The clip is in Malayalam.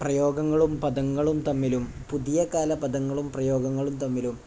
പ്രയോഗങ്ങളും പദങ്ങളും തമ്മിലും പുതിയ കാല പദങ്ങളും പ്രയോഗങ്ങളും തമ്മിലും